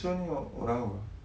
exo ni orang apa